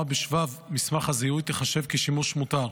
בשבב מסמך הזיהוי תיחשב כשימוש מותר.